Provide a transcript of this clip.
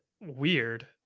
weird